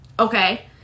Okay